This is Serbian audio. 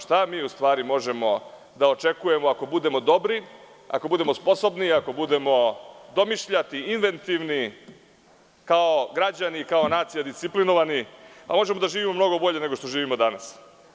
Šta mi u stvari možemo da očekujemo ako budemo dobri, ako budemo sposobni, ako budemo domišljati, inventivni, kao građani , kao nacija disciplinovani, a možemo da živimo mnogo bolje nego što živimo danas.